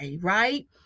right